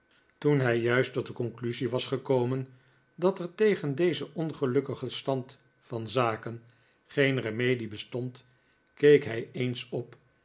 toen hij juist tot de conclusie was gekomen dat er tegen dezen ongelukkigen stand van zaken geen remedie bestond keek hij eens op